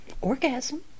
orgasm